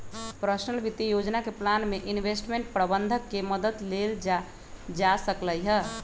personal वित्तीय योजना के प्लान में इंवेस्टमेंट परबंधक के मदद लेल जा सकलई ह